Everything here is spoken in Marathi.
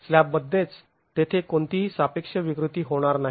स्लॅबमध्येच तेथे कोणतीही सापेक्ष विकृती होणार नाही